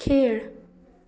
खेळ